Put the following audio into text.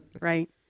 Right